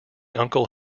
uncle